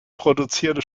produziert